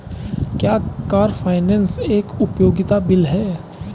क्या car finance एक उपयोगिता बिल है?